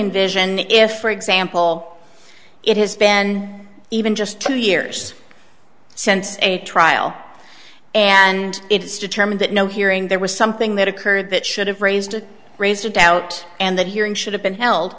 envision if for example it has been even just two years since a trial and it's determined that no hearing there was something that occurred that should have raised raised a doubt and that hearing should have been held